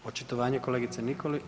Očitovanje kolegice Nikolić?